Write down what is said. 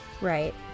Right